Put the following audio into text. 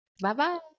Bye-bye